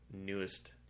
newest